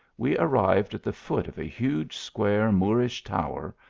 we arrived at the foot of a huge square moorish tower,